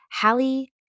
Hallie